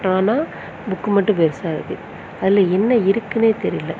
ஆனால் புக்கு மட்டும் பெருசாக இருக்குது அதில் என்ன இருக்குதுனே தெரியல